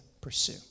pursue